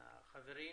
לחברים.